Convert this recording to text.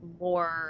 more